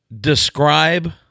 Describe